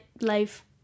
life